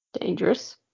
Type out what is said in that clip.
Dangerous